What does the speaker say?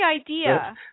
idea